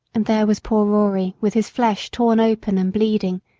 and there was poor rory with his flesh torn open and bleeding,